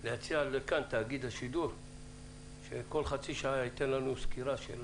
אולי כדאי להציע לתאגיד השידור שייתנו לנו כל חצי שעה סקירה לא רק של